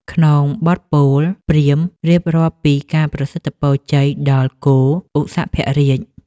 ក្នុងបទពោល ព្រាហ្មណ៍រៀបរាប់ពីការប្រសិទ្ធពរជ័យដល់គោឧសភរាជ។